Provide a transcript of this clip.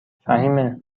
فهیمه